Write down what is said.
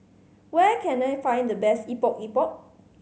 where can I find the best Epok Epok